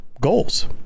goals